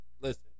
Listen